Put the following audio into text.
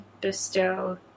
bestow